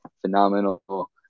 phenomenal